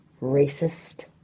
Racist